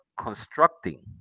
constructing